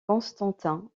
constantin